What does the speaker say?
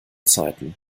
zeiten